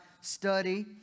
study